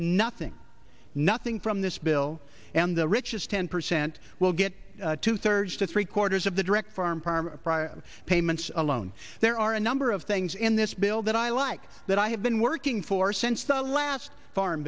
nothing nothing from this bill and the richest ten percent will get two thirds to three quarters of the direct farm parm prior payments alone there are a number of things in this bill that i like that i have been working for since the last farm